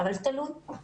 אבל תלוי.